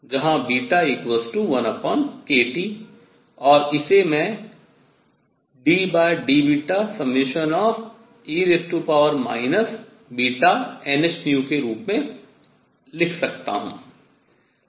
जहां 1kT और इसे ddβ∑e βnhν के रूप में लिखा जा सकता है